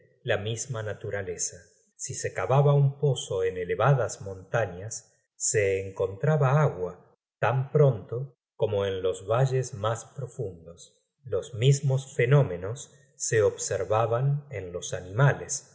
la misma naturaleza si se cavaba un pozo en elevadas montañas se encontraba agua tan pronto como en los valles mas profundos los mismos fenómenos se observaban en los animales